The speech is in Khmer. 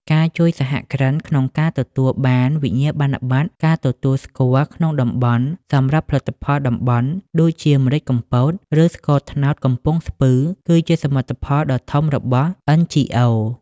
ការជួយសហគ្រិនក្នុងការទទួលបានវិញ្ញាបនបត្រការទទួលស្គាល់ក្នុងតំបន់ សម្រាប់ផលិតផលតំបន់ ដូចជាម្រេចកំពត ឬស្ករត្នោតកំពង់ស្ពឺ គឺជាសមិទ្ធផលដ៏ធំរបស់ NGOs។